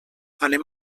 anem